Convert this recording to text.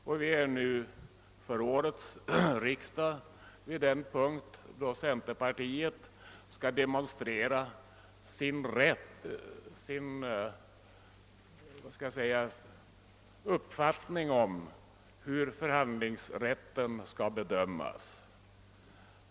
Årets riksdag har nu hunnit till den punkt då centerpartiet skall demonstrera sin uppfattning om hur förhandlingsrätten skall bedömas.